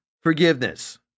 forgiveness